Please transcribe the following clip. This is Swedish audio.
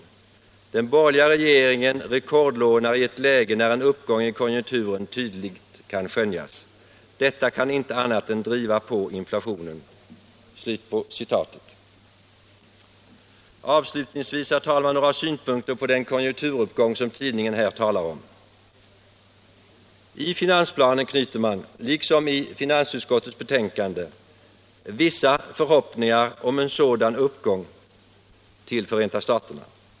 Den borgerliga regeringen rekordlånar i ett läge när en uppgång i konjunkturen tydligt kan skönjas. Detta kan inte annat än driva på inflationen.” Avslutningsvis, herr talman, några synpunkter på den konjunkturuppgång som tidningen här talar om. I finansplanen anknyter man, liksom i finansutskottets betänkande, till vissa förhoppningar om en sådan uppgång i Förenta staterna.